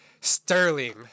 Sterling